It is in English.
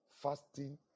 Fasting